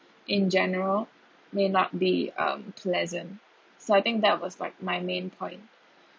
in general may not be um pleasant so I think that was like my main point